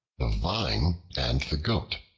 the vine and the goat